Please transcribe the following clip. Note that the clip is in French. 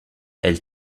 elle